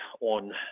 on